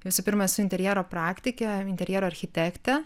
visų pirma esu interjero praktikė interjero architektė